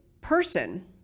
person